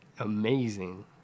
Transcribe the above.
Amazing